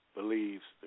believes